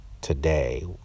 today